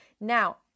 Now